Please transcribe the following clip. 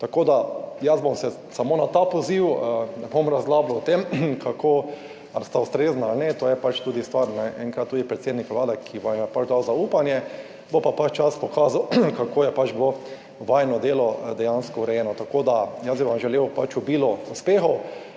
Tako da jaz bom se samo na ta poziv, ne bom razglabljal o tem kako, ali sta ustrezna ali ne, to je pač tudi stvar, enkrat tudi predsednik Vlade, ki vam je pač dal zaupanje, bo pa pač čas pokazal, kako je pač bilo vajino delo dejansko urejeno. Tako da, jaz bi vam želel pač obilo uspehov